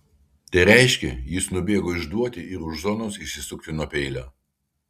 tai reiškė jis nubėgo išduoti ir už zonos išsisukti nuo peilio